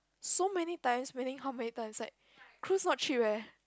so many times meaning how many times like cruise not cheap eh